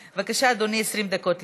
בבקשה, אדוני, 20 דקות לרשותך.